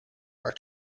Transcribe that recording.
are